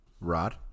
Rod